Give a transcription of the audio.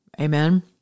Amen